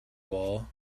wall